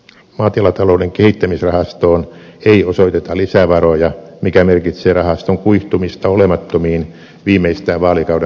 maatilatalouden kehittämisrahastoon ei osoiteta lisäveroja mikä merkitsee rahaston kuihtumista olemattomiin viimeistään vaalikauden loppuun mennessä